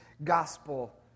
gospel